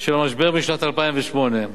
של המשבר בשנת 2008,